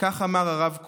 וכך אמר הרב קוק: